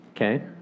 Okay